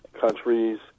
countries